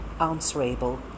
answerable